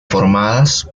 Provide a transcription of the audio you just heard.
formadas